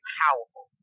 powerful